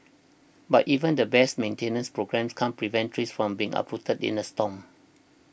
but even the best maintenance programme can't prevent trees from being uprooted in a storm